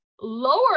lower